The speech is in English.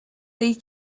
they